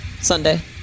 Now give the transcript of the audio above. Sunday